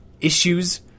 issues